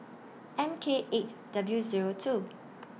M K eight W Zero two